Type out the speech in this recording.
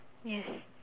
yes